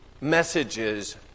messages